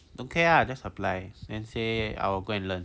don't care lah just apply then say I will go and learn